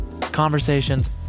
Conversations